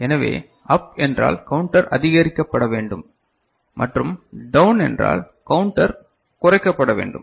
எனவே அப் என்றால் கவுண்டர் அதிகரிக்கப்பட வேண்டும் மற்றும் டவுன் என்றால் கவுண்டர் குறைக்கப்பட வேண்டும்